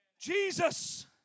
Jesus